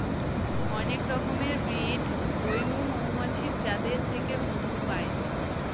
অনেক রকমের ব্রিড হৈমু মৌমাছির যাদের থেকে মধু পাই